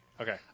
okay